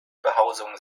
behausung